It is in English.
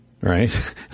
right